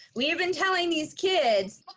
we've been telling these kids,